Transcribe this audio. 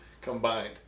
combined